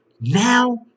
Now